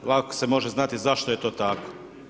Ovako se može znati zašto je to tako.